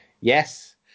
Yes